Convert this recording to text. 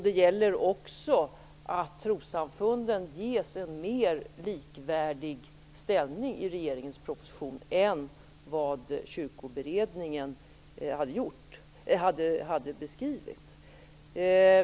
Det gäller också att trossamfunden ges en mer likvärdig ställning i regeringens proposition än vad Kyrkoberedningen hade beskrivit.